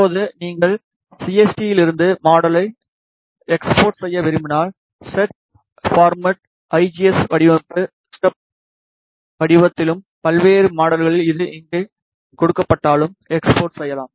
இதேபோல் நீங்கள் சிஎஸ்டியிலிருந்து மாடலை எஸ்போர்ட் செய்ய விரும்பினால் செட் பார்மெட் ஐஜிஎஸ் வடிவமைப்பு ஸ்டப் வடிவத்திலும் பல்வேறு மாடல்களில் எது இங்கே கொடுக்கப்பட்டாலும் எஸ்போர்ட் செய்யலாம்